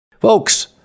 Folks